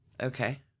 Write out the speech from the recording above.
Okay